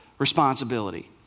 responsibility